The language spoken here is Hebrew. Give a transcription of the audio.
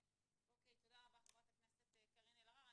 אוקי, תודה רבה חברת הכנסת קארין אלהרר.